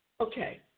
okay